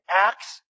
Acts